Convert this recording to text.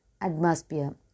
atmosphere